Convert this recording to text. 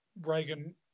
reagan